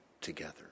together